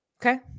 okay